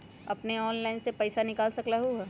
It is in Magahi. अपने ऑनलाइन से पईसा निकाल सकलहु ह?